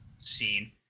scene